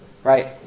Right